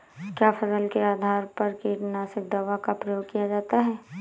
क्या फसल के आधार पर कीटनाशक दवा का प्रयोग किया जाता है?